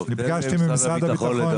נפגשתם עם משרד הביטחון.